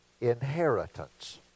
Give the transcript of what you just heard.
inheritance